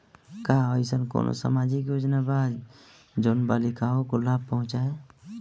का अइसन कोनो सामाजिक योजना बा जोन बालिकाओं को लाभ पहुँचाए?